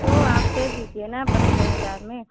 तो आप दे दीजिए ना पन्द्रह हज़ार में